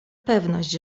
pewność